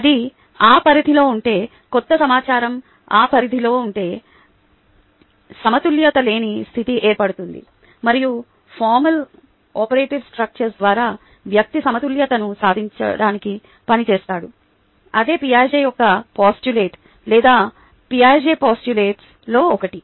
అది ఆ పరిధిలో ఉంటే క్రొత్త సమాచారం ఆ పరిధిలో ఉంటే సమతుల్యత లేని స్థితి ఏర్పడుతుంది మరియు ఫార్మల్ ఓపెరేటివ్ స్ట్రక్చర్స్ ద్వారా వ్యక్తి సమతుల్యతను సాధించడానికి పనిచేస్తాడు ఇదే పియాజెట్ యొక్క పోస్టులేట్ లేదా పియాజెట్ పోస్టులేట్లలో ఒకటి